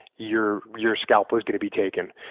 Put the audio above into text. your your scalp was going to be taken.